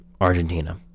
Argentina